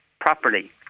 properly